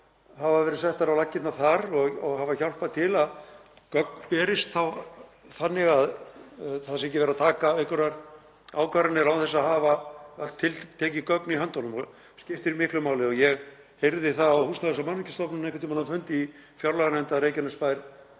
hafa verið settar á laggirnar þar og hafa hjálpað til að gögn berist þá þannig að það sé ekki verið að taka einhverjar ákvarðanir án þess að hafa öll tiltekin gögn í höndunum og það skiptir miklu máli. Ég heyrði það á Húsnæðis- og mannvirkjastofnun einhvern tímann á fundi í fjárlaganefnd að Reykjanesbær